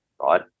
Right